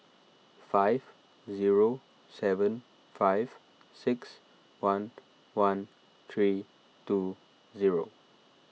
five zero seven five six one one three two zero